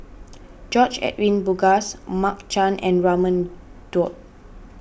George Edwin Bogaars Mark Chan and Raman Daud